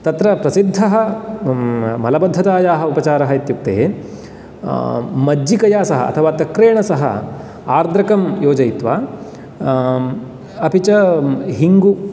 तत्र प्रसिद्धः मलबद्धतायाः उपचारः इत्युक्ते मज्जिकया सह अथवा तक्रेण सह आर्द्रकं योजयित्वा अपि च हिङ्गु